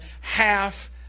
half